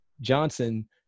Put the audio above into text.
johnson